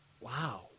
wow